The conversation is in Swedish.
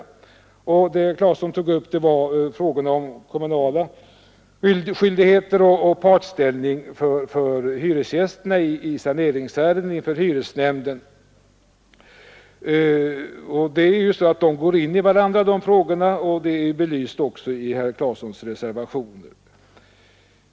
Herr Claeson tog upp frågan om kommunala skyldigheter och om partsställning för hyresgästerna i saneringsärenden inför hyresnämnder. De frågorna går in i varandra, vilket också har belysts i herr Claesons reservationer.